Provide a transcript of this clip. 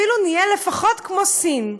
ואפילו נהיה לפחות כמו סין.